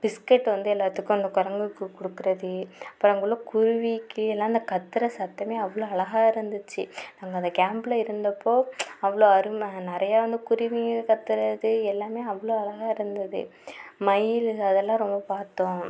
biscuit வந்து எல்லாத்துக்கும் அந்த குரங்குக்கு கொடுக்குறது அப்புறம் அங்கே உள்ள குருவி கிளி எல்லாம் அந்த கத்துகிற சத்தமே அவ்வளோ அழகாக இருந்துச்சு நாங்கள் அந்த கேம்ப்பில் இருந்தப்போது அவ்வளோ அருமை நிறையா வந்து குருவிங்க கத்துகிறது எல்லாமே அவ்வளோ அழகாக இருந்தது மயில்கள்லாம் ரொம்ப பார்த்தோம்